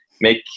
make